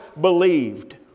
believed